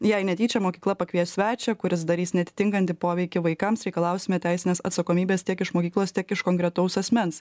jei netyčia mokykla pakvies svečią kuris darys neatitinkantį poveikį vaikams reikalausime teisinės atsakomybės tiek iš mokyklos tiek iš konkretaus asmens